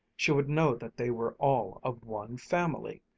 she would know that they were all of one family,